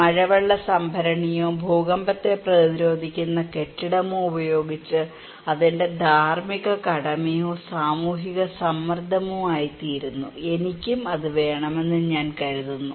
മഴവെള്ള സംഭരണിയോ ഭൂകമ്പത്തെ പ്രതിരോധിക്കുന്ന കെട്ടിടമോ ഉപയോഗിച്ച് അത് എന്റെ ധാർമ്മിക കടമയോ സാമൂഹിക സമ്മർദ്ദമോ ആയിത്തീരുന്നു എനിക്കും അത് വേണമെന്ന് ഞാൻ കരുതുന്നു